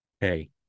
Hey